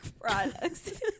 products